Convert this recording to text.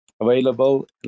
available